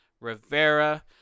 Rivera